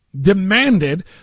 demanded